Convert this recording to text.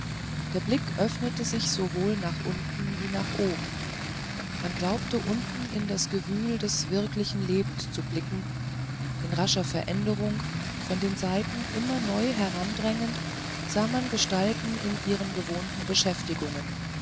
der blick öffnete sich sowohl nach unten wie nach oben man glaubte unten in das gewühl des wirklichen lebens zu blicken in rascher veränderung von den seiten immer neu herandrängend sah man gestalten in ihren gewohnten beschäftigungen